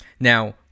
Now